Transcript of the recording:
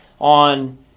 on